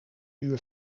uur